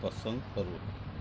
ପସନ୍ଦ କରୁ